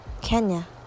Kenya